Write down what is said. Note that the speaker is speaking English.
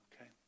Okay